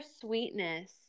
sweetness